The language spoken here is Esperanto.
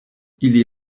ili